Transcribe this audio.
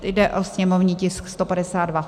Jde o sněmovní tisk 152.